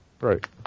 Right